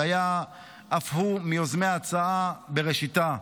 שהיה אף הוא מיוזמי ההצעה בראשיתה,